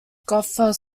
gopher